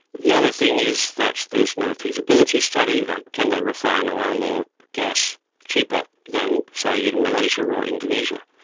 the other thing is that there is no feasibility study, like can they refine oil or gas cheaper than, say, in malaysia or or indonesia.